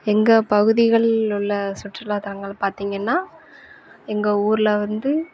எங்கள் பகுதிகளில் உள்ள சுற்றுலாத்தலங்கள் பார்த்தீங்கன்னா எங்கள் ஊரில் வந்து